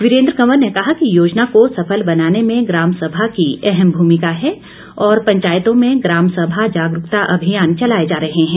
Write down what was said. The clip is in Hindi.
वीरेंद्र कंवर ने कहा कि योजना को सफल बनाने में ग्राम सभा की अहम भूमिका है और पंचायतों में ग्रामसभा जागरुकता अभियान चलाए जा रहे हैं